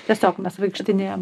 tiesiog mes vaikštinėjam